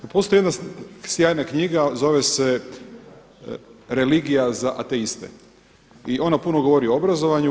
Postoji jedna sjajna knjiga, a zove se „Religija za ateiste“ i ona puno govori o obrazovanju.